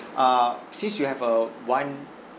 err since you have a one